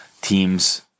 teams